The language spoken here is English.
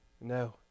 No